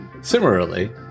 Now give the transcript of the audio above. Similarly